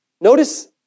Notice